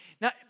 Now